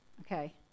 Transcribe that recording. okay